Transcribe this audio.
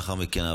לאחר מכן,